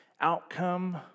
outcome